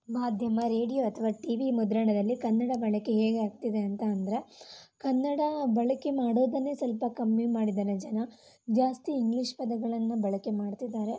ಮಾಧ್ಯಮ ರೇಡಿಯೋ ಅಥವಾ T V ಮುದ್ರಣದಲ್ಲಿ ಕನ್ನಡ ಬಳಕೆ ಹೇಗೆ ಆಗ್ತಾ ಇದೆ ಅಂತ ಅಂದರೆ ಕನ್ನಡ ಬಳಕೆ ಮಾಡೋದನ್ನೇ ಸ್ವಲ್ಪ ಕಮ್ಮಿ ಮಾಡಿದ್ದಾರೆ ಜನ ಜಾಸ್ತಿ ಇಂಗ್ಲಿಷ್ ಪದಗಳನ್ನು ಬಳಕೆ ಮಾಡ್ತಿದ್ದಾರೆ